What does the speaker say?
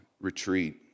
retreat